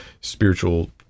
spiritual